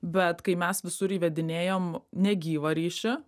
bet kai mes visur įvedinėjom negyvą ryšį